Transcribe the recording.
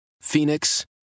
Phoenix